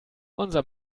unser